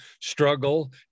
struggle